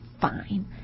fine